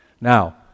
Now